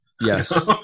Yes